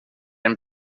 ein